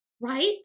right